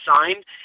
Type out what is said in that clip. signed